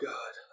God